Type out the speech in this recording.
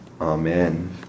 Amen